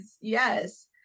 yes